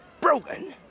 Broken